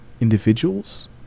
individuals